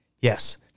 Yes